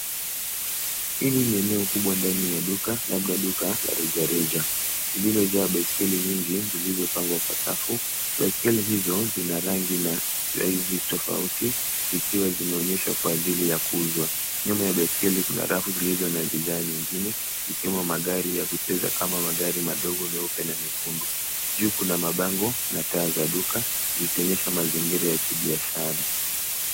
Hili ni eneo kubwa ndani ya duka, labda duka la rejareja; lililojaa baiskeli nyingi zilizopangwa kwa safu. Baisikeli hizo zina rangi na size tofauti zikiwa zimeonyeshwa kwa ajili ya kuuzwa. Nyuma ya baisikeli kuna rafu zilizo na bidhaa nyingine zikiwa na magari ya kucheza kama magari madogo meupe. Juu kuna mabango na taa za duka zikonyesha mazingira ya kibiashara.